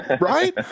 Right